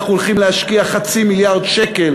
אנחנו הולכים להשקיע חצי מיליארד שקל